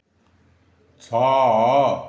ଛଅ